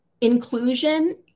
Inclusion